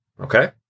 okay